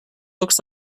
looks